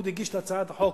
הצעת החוק